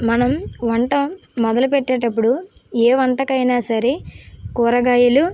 మనం వంట మొదలు పెట్టేటప్పుడు ఏ వంటకైనా సరే కూరగాయలు